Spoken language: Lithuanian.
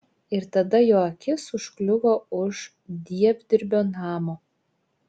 ir tada jo akis užkliuvo už dievdirbio namo